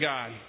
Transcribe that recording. God